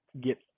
get